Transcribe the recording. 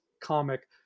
comic